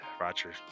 Roger